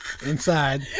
inside